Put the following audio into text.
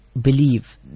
believe